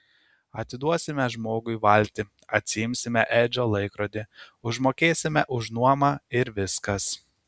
atiduosime žmogui valtį atsiimsime edžio laikrodį užmokėsime už nuomą ir viskas